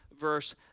verse